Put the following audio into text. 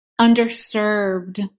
underserved